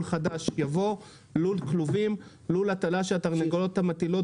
חדש" יבוא: ""לול כלובים" - לול הטלה שהתרנגולות המטילות